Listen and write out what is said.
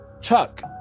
Chuck